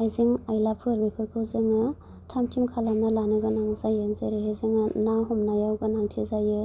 आइजें आइलाफोर बेफोरखौ जाङो थाम थिम खालामना लानो गोनां जायो जेरैहाय जोङो ना हमनायाव गोनांथि जायो